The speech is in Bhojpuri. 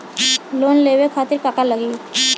लोन लेवे खातीर का का लगी?